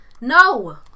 no